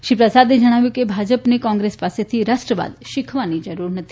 શ્રી પ્રસાદે જણાવ્યું કે ભાજપને કોંગ્રેસ પાસેથી રાષ્ટ્રવાદ શીખવાની જરૂર નથી